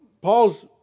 Paul's